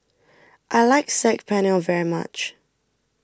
I like Saag Paneer very much